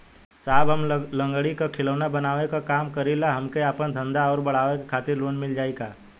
साहब हम लंगड़ी क खिलौना बनावे क काम करी ला हमके आपन धंधा अउर बढ़ावे के खातिर लोन मिल जाई का?